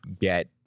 get